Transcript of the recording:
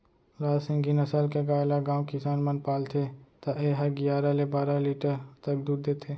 लाल सिंघी नसल के गाय ल गॉँव किसान मन पालथे त ए ह गियारा ले बारा लीटर तक दूद देथे